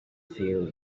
feel